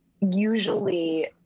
usually